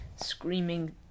Screaming